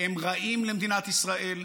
הם רעים למדינת ישראל,